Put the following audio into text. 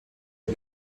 die